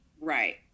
Right